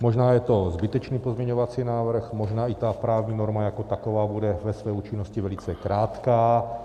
Možná je to zbytečný pozměňovací návrh, možná i právní norma jako taková bude ve své účinnosti velice krátká.